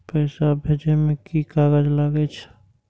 पैसा भेजे में की सब कागज लगे छै?